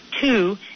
Two